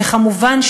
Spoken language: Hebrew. וכמובן,